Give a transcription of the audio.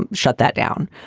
um shut that down.